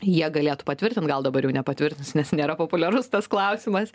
jie galėtų patvirtint gal dabar jau nepatvirtins nes nėra populiarus tas klausimas